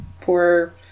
Poor